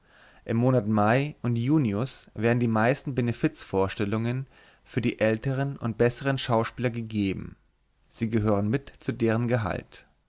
im monat mai und junius werden die meisten benefiz vorstellungen für die älteren und besseren schauspieler gegeben sie gehören mit zu deren gehalt